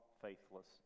faithless